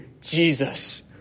Jesus